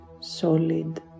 solid